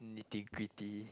liquidity